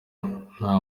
nta